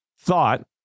thought